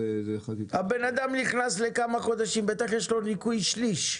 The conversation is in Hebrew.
הבן אדם נכנס לכמה חודשים, בטח יש לו ניכוי שליש.